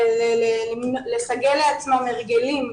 לסגל לעצמם הרגלים,